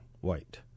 white